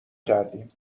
کردیم